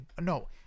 No